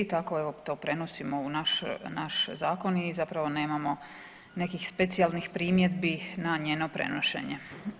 Tako evo to prenosimo u naš zakon i zapravo nemamo nekih specijalnih primjedbi na njeno prenošenje.